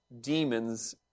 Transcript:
demons